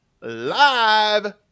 Live